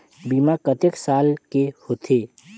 बीमा कतेक साल के होथे?